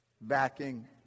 backing